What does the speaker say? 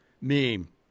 meme